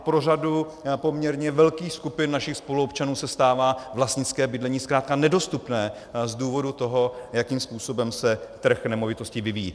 Pro řadu poměrně velkých skupin našich spoluobčanů se stává vlastnické bydlení zkrátka nedostupné z důvodu toho, jakým způsobem se trh nemovitostí vyvíjí.